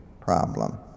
problem